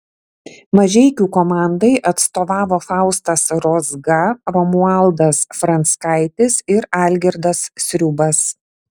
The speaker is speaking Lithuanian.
mažeikių komandai atstovavo faustas rozga romualdas franckaitis ir algirdas sriubas